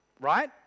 right